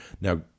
Now